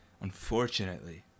Unfortunately